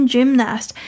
Gymnast